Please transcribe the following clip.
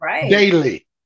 Daily